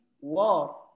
war